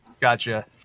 Gotcha